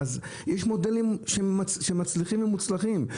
אז יש מודלים של מצליחים ומוצלחים,